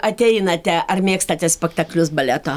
ateinate ar mėgstate spektaklius baleto